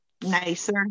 nicer